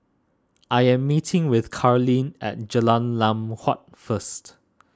I am meeting with Carleen at Jalan Lam Huat first